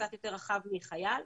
קצת יותר רחב מחייל.